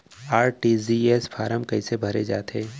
RTGS form कइसे भरे जाथे?